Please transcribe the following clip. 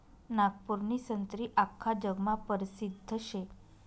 नागपूरनी संत्री आख्खा जगमा परसिद्ध शे